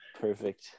perfect